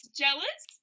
jealous